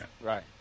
Right